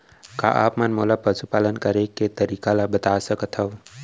का आप मन मोला पशुपालन करे के तरीका ल बता सकथव?